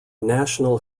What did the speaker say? national